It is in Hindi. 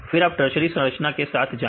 फिर आप टर्सरी संरचना के साथ जाएं